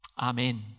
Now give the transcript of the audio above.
Amen